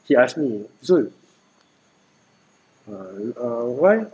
he asked me zul err err why